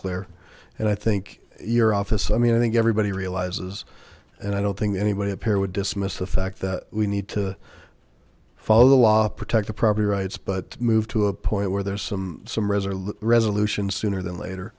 clear and i think your office i mean i think everybody realizes and i don't think anybody appear would dismiss the fact that we need to follow the law protect the property rights but move to a point where there is some some resolute resolution sooner than later